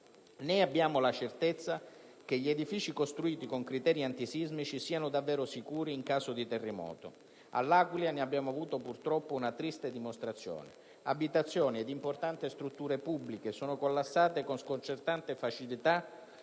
Né abbiamo la certezza che gli edifici costruiti con criteri antisismici siano davvero sicuri in caso di terremoto. All'Aquila ne abbiamo avuto, purtroppo, una triste dimostrazione: abitazioni ed importanti strutture pubbliche sono collassate con sconcertante facilità